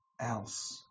else